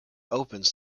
opens